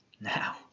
now